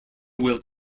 will